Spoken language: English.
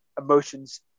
emotions